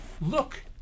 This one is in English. look